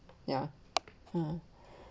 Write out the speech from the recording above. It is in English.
ya hmm